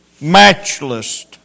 matchless